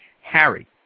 Harry